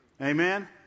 Amen